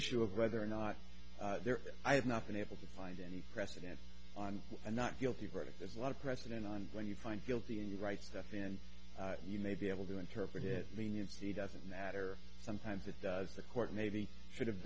issue of whether or not there i have not been able to find any precedent on a not guilty verdict there's a lot of precedent on when you find guilty and you write stuff and you may be able to interpret it mean you see doesn't matter sometimes it does the court maybe should have